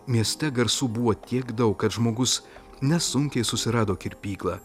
mieste garsų buvo tiek daug kad žmogus nesunkiai susirado kirpyklą